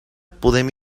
podem